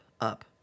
up